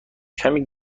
کمی